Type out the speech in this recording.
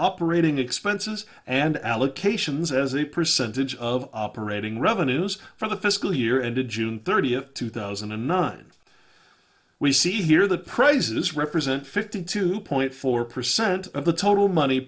operating expenses and allocations as a percentage of operating revenues for the fiscal year ended june thirtieth two thousand and nine we see here the praises represent fifty two point four percent of the total money